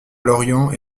lorient